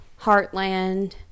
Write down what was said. Heartland